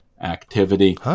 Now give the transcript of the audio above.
activity